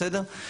בסדר?